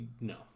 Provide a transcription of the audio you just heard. no